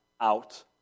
out